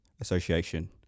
association